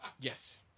Yes